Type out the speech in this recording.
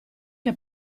che